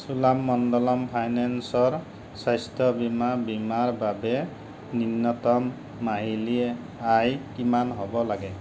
চোলামণ্ডলম ফাইনেন্সৰ স্বাস্থ্য বীমা বীমাৰ বাবে নিম্নতম মাহিলী আয় কিমান হ'ব লাগে